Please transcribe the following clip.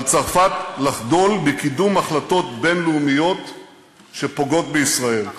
על צרפת לחדול מקידום החלטות בין-לאומיות שפוגעות בישראל.